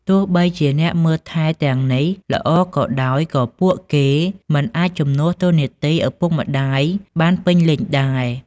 ទោះបីជាអ្នកមើលថែទាំងនេះល្អក៏ដោយ ក៏ពួកគេមិនអាចជំនួសតួនាទីឪពុកម្ដាយបានពេញលេញដែរ។